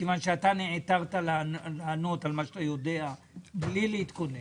מכיוון שאתה נעתרת לענות על מה שאתה יודע בלי להתכונן,